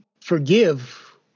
forgive